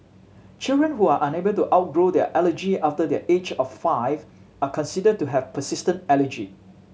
children who are unable to outgrow their allergy after the age of five are considered to have persistent allergy